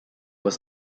was